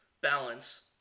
balance